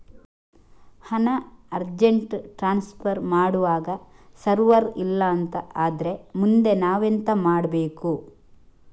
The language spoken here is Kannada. ಹಣ ಅರ್ಜೆಂಟ್ ಟ್ರಾನ್ಸ್ಫರ್ ಮಾಡ್ವಾಗ ಸರ್ವರ್ ಇಲ್ಲಾಂತ ಆದ್ರೆ ಮುಂದೆ ನಾವೆಂತ ಮಾಡ್ಬೇಕು?